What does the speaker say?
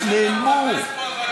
נעלמו.